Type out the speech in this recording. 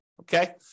okay